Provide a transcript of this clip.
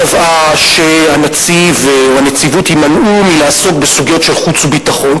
היא קבעה שהנציב או הנציבות יימנעו מלעסוק בסוגיות של חוץ וביטחון,